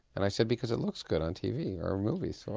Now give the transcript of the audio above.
and i said, because it looks good on tv or movies, so